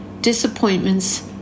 disappointments